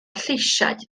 lleisiau